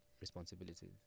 responsibilities